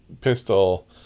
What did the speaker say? pistol